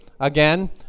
again